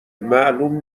معلوم